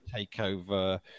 takeover